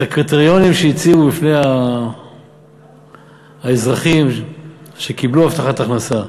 את הקריטריונים שהציבו בפני האזרחים שקיבלו הבטחת הכנסה,